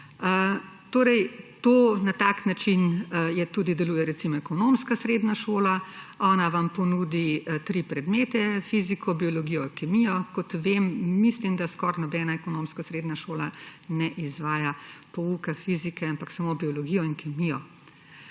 Na tak način deluje tudi ekonomska srednja šola, ki ponuja tri predmete: fiziko, biologijo, kemijo. Kot vem, mislim, da skoraj nobena ekonomska srednja šola ne izvaja pouka fizike, ampak samo biologijo in kemijo.